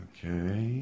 Okay